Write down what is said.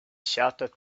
shouted